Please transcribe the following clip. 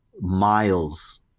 miles